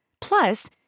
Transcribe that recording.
Plus